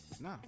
No